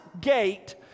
gate